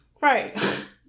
right